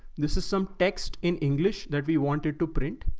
this is some text in english that we wanted to print.